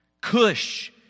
Cush